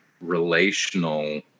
relational